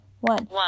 one